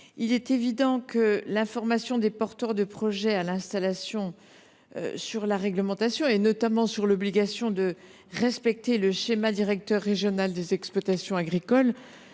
du Gouvernement ? L’information des porteurs de projet d’installation sur la réglementation, notamment sur l’obligation de respecter le schéma directeur régional des exploitations agricoles,